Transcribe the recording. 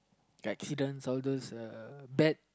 accidents all those uh bad